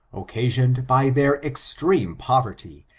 occasioned by their extreme poverty,